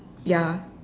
ya